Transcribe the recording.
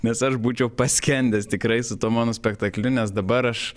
nes aš būčiau paskendęs tikrai su tuo monospektakliu nes dabar aš